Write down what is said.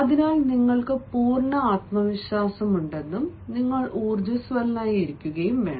അതിനാൽ നിങ്ങൾക്ക് പൂർണ ആത്മവിശ്വാസമുണ്ടെന്നും നിങ്ങൾ ഉർജ്ജസ്വലനായി ഇരിക്കുകയും വേണം